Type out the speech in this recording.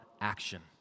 action